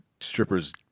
stripper's